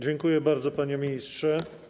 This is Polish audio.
Dziękuję bardzo, panie ministrze.